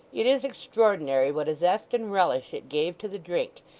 it is extraordinary what a zest and relish it gave to the drink,